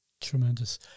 Tremendous